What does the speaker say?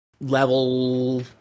level